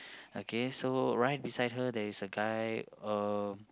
okay so right beside her there is a guy uh